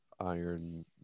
iron